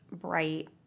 bright